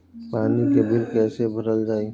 पानी के बिल कैसे भरल जाइ?